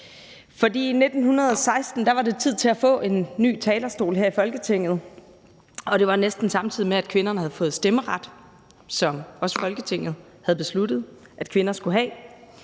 i 1916 var det tid til at få en ny talerstol her i Folketinget, og det var, næsten samtidig med at kvinderne havde fået stemmeret, som Folketinget havde besluttet at kvinderne skulle have.